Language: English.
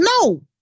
No